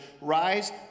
Rise